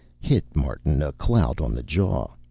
hit martin a clout on the jaw.